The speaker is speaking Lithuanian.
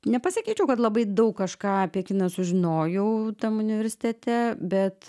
nepasakyčiau kad labai daug kažką apie kiną sužinojau tam universitete bet